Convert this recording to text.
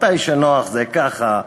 כשנוח זה ככה,